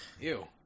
Ew